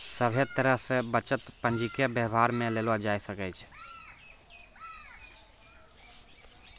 सभे तरह से बचत पंजीके वेवहार मे लेलो जाय सकै छै